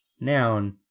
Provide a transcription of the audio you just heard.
noun